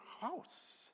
house